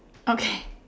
okay